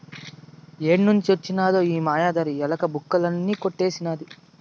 ఏడ్నుంచి వొచ్చినదో ఈ మాయదారి ఎలక, బుక్కులన్నీ కొట్టేసినాది